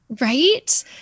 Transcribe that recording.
Right